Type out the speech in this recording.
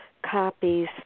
copies